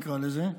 נקרא לזה.